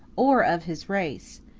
or of his race,